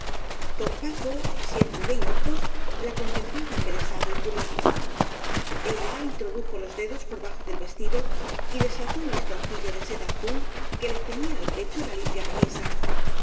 don paco siempre de hinojos la contemplaba embelesado y curioso ella introdujo los dedos por bajo del vestido y desató un listoncillo de seda azul que le ceñía al pecho la limpia camisa